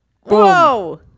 Whoa